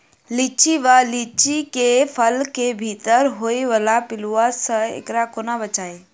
लिच्ची वा लीची केँ फल केँ भीतर होइ वला पिलुआ सऽ एकरा कोना बचाबी?